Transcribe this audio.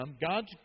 God's